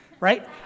Right